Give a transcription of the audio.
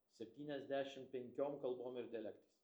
septyniasdešimt penkiom kalbom ir dialektais